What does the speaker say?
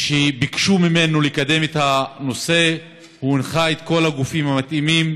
שביקשו ממנו לקדם את הנושא הוא הנחה את כל הגופים המתאימים,